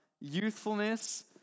youthfulness